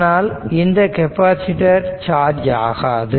அதனால் இந்த capacitor charge ஆகாது